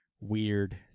weird